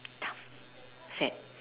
sad